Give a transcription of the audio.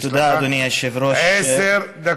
יש לך עשר דקות.